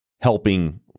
helping